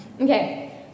Okay